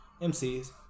MCs